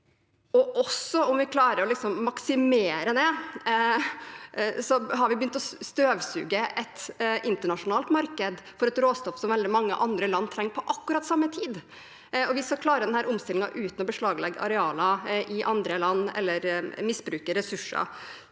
også om vi klarer å maksimere det. Vi har begynt å støvsuge et internasjonalt marked for et råstoff som veldig mange andre land trenger på akkurat samme tid, og vi skal klare denne omstillingen uten å beslaglegge arealer i andre land eller misbruke ressurser.